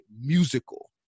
musical